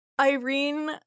Irene